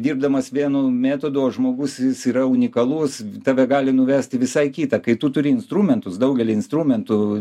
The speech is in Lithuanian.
dirbdamas vienu metodu žmogus jis yra unikalus tave gali nuvest į visai kitą kai tu turi instrumentus daugelį instrumentų